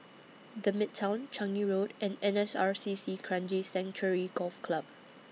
The Midtown Changi Road and N S R C C Kranji Sanctuary Golf Club